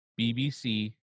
bbc